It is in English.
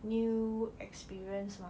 new experience mah